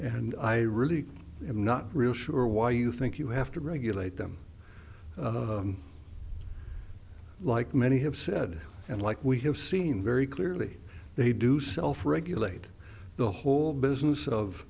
and i really am not real sure why you think you have to regulate them like many have said and like we have seen very clearly they do self regulate the whole business of